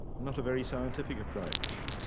not a very scientific approach,